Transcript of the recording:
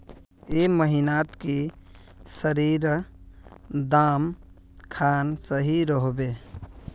ए महीनात की सरिसर दाम खान सही रोहवे?